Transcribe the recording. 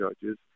judges